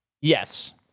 Yes